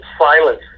silence